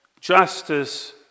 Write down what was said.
Justice